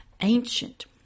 ancient